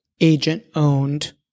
agent-owned